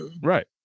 right